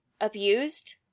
abused